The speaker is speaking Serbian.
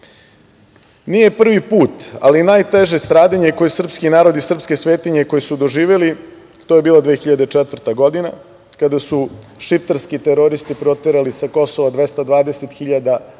prvi put, ali najteže stradanje koje je srpski narod i srpske svetinje doživeli, to je bilo 2004. godina, kada su šiptarski teroristi proterali sa Kosova 220.000 Srba